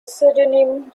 pseudonym